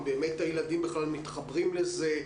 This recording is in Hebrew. אם באמת הילדים בכלל מתחברים לזה,